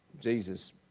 Jesus